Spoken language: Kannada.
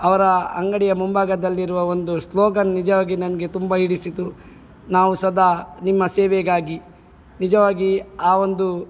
ಅವರ ಅಂಗಡಿಯ ಮುಂಭಾಗದಲ್ಲಿರುವ ಒಂದು ಸ್ಲೋಗನ್ ನಿಜವಾಗಿ ನನಗೆ ತುಂಬ ಹಿಡಿಸಿತು ನಾವು ಸದಾ ನಿಮ್ಮ ಸೇವೆಗಾಗಿ ನಿಜವಾಗಿ ಆ ಒಂದು